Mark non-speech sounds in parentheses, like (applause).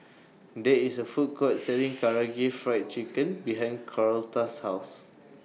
There IS A Food Court (noise) Selling Karaage Fried Chicken behind Carlota's House